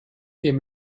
dem